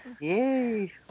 Yay